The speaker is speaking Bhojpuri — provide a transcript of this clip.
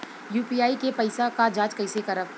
यू.पी.आई के पैसा क जांच कइसे करब?